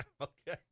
Okay